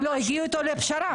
הגיעו איתו לפשרה.